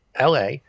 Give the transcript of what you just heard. la